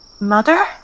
Mother